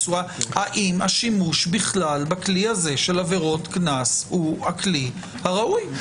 האם השימוש בכלל בכלי הזה של עבירות קנס הוא הכלי הראוי?